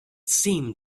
seemed